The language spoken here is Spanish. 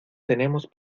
tenemos